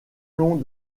long